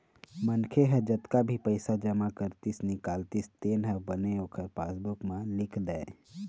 मनखे ह जतका भी पइसा जमा करतिस, निकालतिस तेन ह बने ओखर पासबूक म लिख दय